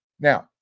Now